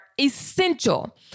essential